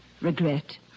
regret